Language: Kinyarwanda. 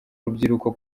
rubyiruko